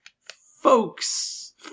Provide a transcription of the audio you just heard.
Folks